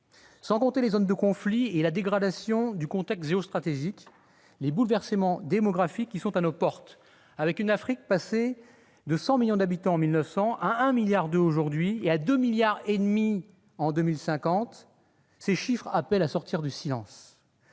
Sans parler des zones de conflit et de la dégradation du contexte géostratégique, les bouleversements démographiques à l'oeuvre à nos portes, avec une Afrique passée de 100 millions d'habitants en 1900 à 1,2 milliard aujourd'hui, et qui en comptera 2,5 milliards en 2050, appellent à sortir du silence.